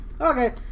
Okay